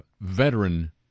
veteran